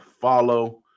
follow